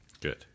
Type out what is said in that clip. Good